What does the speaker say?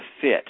fit